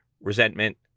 resentment